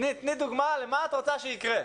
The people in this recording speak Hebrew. תני דוגמה למה את רוצה שיקרה.